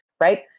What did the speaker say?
right